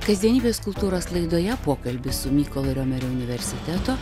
kasdienybės kultūros laidoje pokalbis su mykolo romerio universiteto